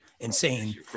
insane